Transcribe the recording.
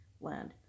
land